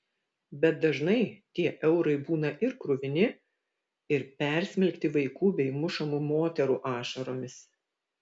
bet dažnai tie eurai būna ir kruvini ir persmelkti vaikų bei mušamų moterų ašaromis